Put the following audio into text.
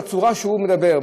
בצורה שהוא מדבר,